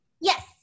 Yes